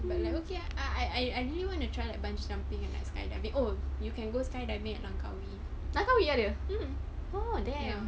but like okay I I really want to try bungee jumping and skydiving oh you can go skydiving at langkawi mmhmm